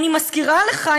אני מזכירה לך,